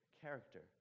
character